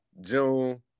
June